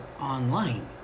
online